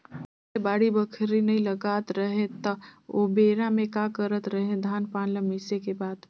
पहिले ले बाड़ी बखरी नइ लगात रहें त ओबेरा में का करत रहें, धान पान ल मिसे के बाद